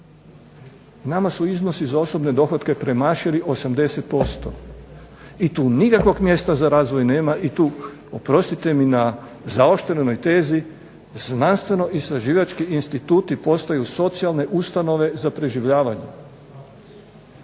Nama su iznosi za osobne dohotke premašili 80% i tu nikakvog mjesta za razvoj nema i tu oprostite mi na zaoštrenoj tezi znanstveno-istraživački instituti postaju socijalne ustanove za preživljavanje.